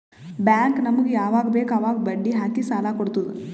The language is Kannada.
ಬ್ಯಾಂಕ್ ನಮುಗ್ ಯವಾಗ್ ಬೇಕ್ ಅವಾಗ್ ಬಡ್ಡಿ ಹಾಕಿ ಸಾಲ ಕೊಡ್ತುದ್